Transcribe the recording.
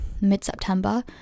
mid-september